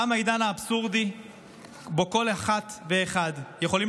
תם העידן האבסורדי שבו כל אחת ואחד יכולים